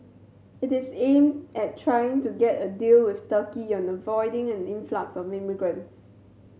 it is aimed at trying to get a deal with Turkey on avoiding an influx of migrants